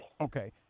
Okay